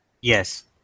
Yes